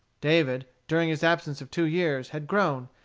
david, during his absence of two years, had grown,